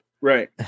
Right